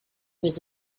was